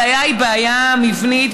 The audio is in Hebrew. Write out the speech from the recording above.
הבעיה היא בעיה מבנית,